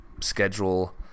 schedule